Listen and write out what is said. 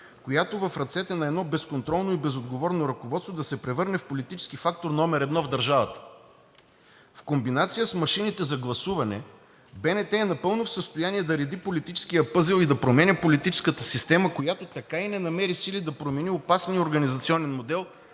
която в ръцете на едно безконтролно и безотговорно ръководство да се превърне в политически фактор номер едно в държавата. В комбинация с машините за гласуване БНТ е напълно в състояние да реди политическия пъзел и да променя политическата система, която така и не намери сили да промени опасния организационен модел,